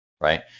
right